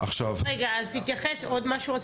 רגע, רצית להוסיף עוד משהו?